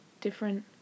different